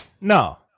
No